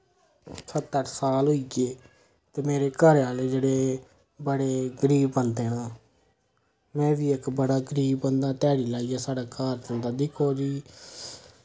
सत्त अट्ठ साल होई गे ते मेरे घरे आह्ले जेह्ड़े बड़े गरीब बंदे न में बी इक बड़ा गरीब बंदा ध्याड़ी लाइयै साढ़ा घर चलदा दिक्खो जी